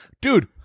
dude